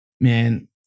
man